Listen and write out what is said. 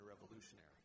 revolutionary